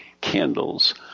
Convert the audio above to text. Candles